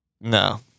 No